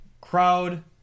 crowd